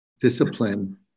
discipline